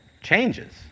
changes